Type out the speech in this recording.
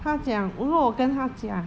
他讲我说我跟他讲